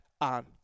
on